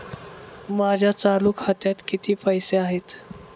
माझ्या चालू खात्यात किती पैसे आहेत?